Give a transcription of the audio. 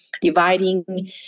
dividing